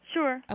Sure